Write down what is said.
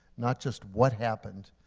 not just what happened.